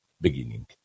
beginning